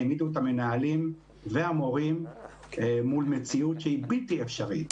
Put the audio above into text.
העמידו את המנהלים והמורים מול מציאות שהיא בלתי אפשרית.